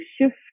shift